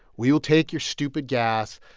we will take your stupid gas,